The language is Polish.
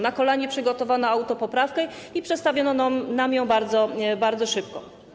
Na kolanie przygotowano autopoprawkę i przedstawiono nam ją bardzo, bardzo szybko.